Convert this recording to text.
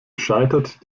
gescheitert